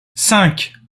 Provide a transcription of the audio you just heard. cinq